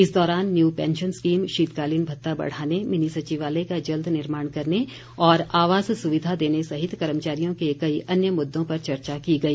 इस दौरान new pension scheme शीतकालीन भत्ता बढ़ाने मिनी सचिवालय का जल्द निर्माण करने और आवास सुविधा देने सहित कर्मचारियों के कई अन्य मुद्दों पर चर्चा की गई